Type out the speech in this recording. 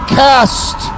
cast